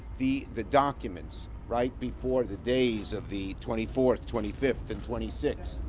the the documents, right before the days of the twenty fourth, twenty fifth and twenty sixth.